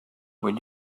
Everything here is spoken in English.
would